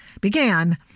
began